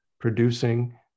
producing